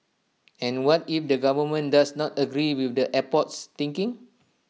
and what if the government does not agree with the airport's thinking